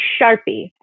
Sharpie